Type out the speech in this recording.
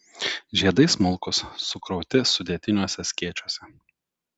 žiedai smulkūs sukrauti sudėtiniuose skėčiuose